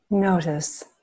Notice